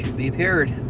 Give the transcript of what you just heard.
be paired.